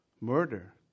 Murder